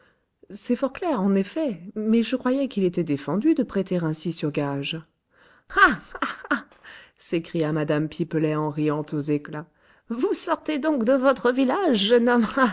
c'est fort clair en effet mais je croyais qu'il était défendu de prêter ainsi sur gages ah ah ah s'écria mme pipelet en riant aux éclats vous sortez donc de votre village